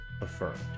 affirmed